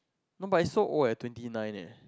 no but it's so old eh I'm twenty nine eh